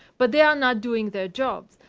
but they are not doing their jobs.